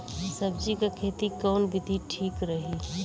सब्जी क खेती कऊन विधि ठीक रही?